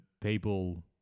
people